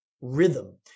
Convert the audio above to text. rhythm